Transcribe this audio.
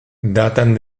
datan